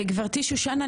גברתי שושנה,